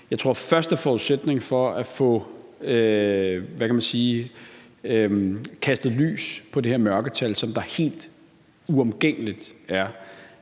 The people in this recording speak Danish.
– tror jeg, at første forudsætning for at få kastet lys på det her mørketal, som der helt uomgængeligt er,